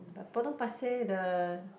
but Potong-Pasir the